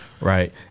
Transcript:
right